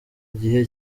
gihe